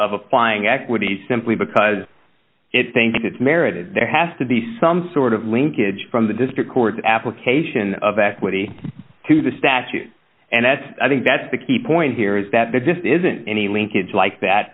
of applying equity simply because it think it's merited there has to be some sort of linkage from the district court application of equity to the statute and that's i think that's the key point here is that there just isn't any linkage like that